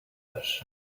ash